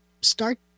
start